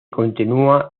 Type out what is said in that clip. continúa